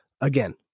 Again